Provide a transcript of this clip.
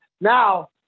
now